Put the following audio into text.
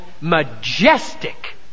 majestic